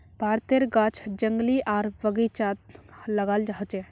भारतेर गाछ जंगली आर बगिचात लगाल होचे